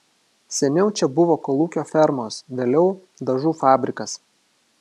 seniau čia buvo kolūkio fermos vėliau dažų fabrikas